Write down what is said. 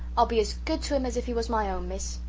i'll be as good to him as if he was my own, miss.